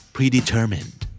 Predetermined